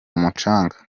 mucanga